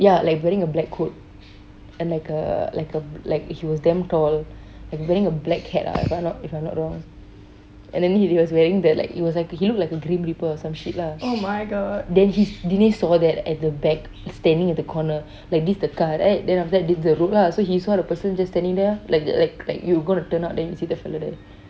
ya like wearing a black coat and like uh like a like he was damn tall wearing a black hat ah if I if I'm not wrong and then he was wearing the like it was like he look like a grim reaper or some shit lah then he dinesh saw that at the back standing at the corner like this the car right then after that this the road lah so he saw the person just standing there ah like like you gonna turn out then you see the fellow there